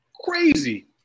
crazy